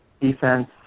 Defense